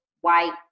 white